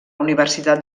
universitat